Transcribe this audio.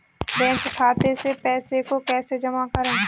Bank खाते से पैसे को कैसे जमा करें?